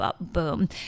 boom